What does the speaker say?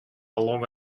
belong